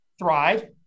Thrive